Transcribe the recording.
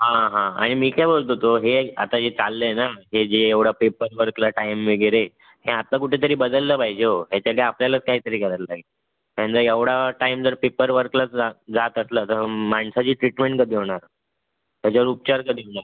हां हां आणि मी काय बोलत होतो हे आता हे चाललं आहे ना हे जे एवढं पेपरवर्कला टायम वगैरे हे आत्ता कुठेतरी बदललं पाहिजे हो याच्यासाठी आपल्यालाच काहीतरी करायला लागेल ह्यांला एवढा टायम जर पेपरवर्कला जात जात असला तर माणसाची ट्रीटमेंट कधी होणार त्याच्यावर उपचार कधी होणार